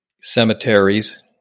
cemeteries